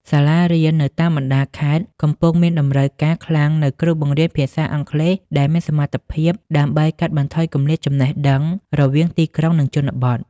សាលារៀននៅតាមបណ្តាខេត្តកំពុងមានតម្រូវការខ្លាំងនូវគ្រូបង្រៀនភាសាអង់គ្លេសដែលមានសមត្ថភាព ដើម្បីកាត់បន្ថយគម្លាតចំណេះដឹងរវាងទីក្រុង និងជនបទ។